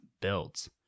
builds